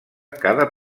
cada